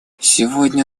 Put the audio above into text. сегодня